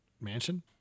mansion